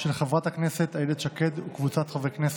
של חברת הכנסת איילת שקד וקבוצת חברי הכנסת.